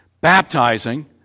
baptizing